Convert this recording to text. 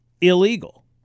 illegal